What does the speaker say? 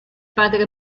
padre